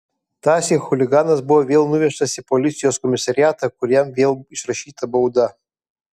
tąsyk chuliganas buvo vėl nuvežtas į policijos komisariatą kur jam vėl išrašyta bauda